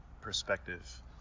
perspective